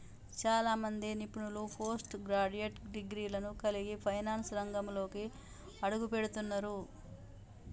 చాలా మంది నిపుణులు పోస్ట్ గ్రాడ్యుయేట్ డిగ్రీలను కలిగి ఫైనాన్స్ రంగంలోకి అడుగుపెడుతున్నరు